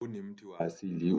Huu ni mti wa asili,